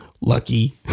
lucky